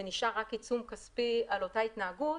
זה נשאר רק עיצום כספי על אותה התנהגות,